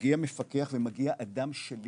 מגיע מפקח ומגיע אדם שלי